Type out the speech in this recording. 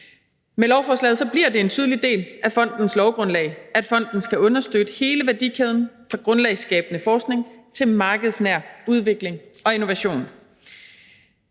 Med lovforslaget bliver det en tydelig del af fondens lovgrundlag, at fonden skal understøtte hele værdikæden fra grundlagsskabende forskning til markedsnær udvikling og innovation.